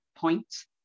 points